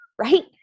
right